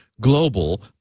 global